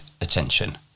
attention